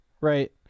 Right